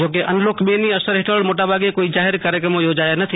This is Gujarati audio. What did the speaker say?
જો કે અનલોક ર ની અસર હેઠળ મોટાભાગે કોઈ જાહેર કાર્યક્રમો ચોજાયા નથી